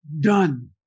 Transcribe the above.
Done